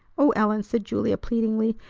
o ellen! said julia pleadingly.